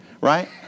right